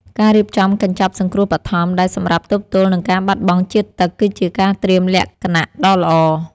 ការរៀបចំកញ្ចប់សង្គ្រោះបឋមដែលសម្រាប់ទប់ទល់នឹងការបាត់បង់ជាតិទឹកគឺជាការត្រៀមលក្ខណៈដ៏ល្អ។